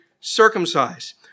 circumcised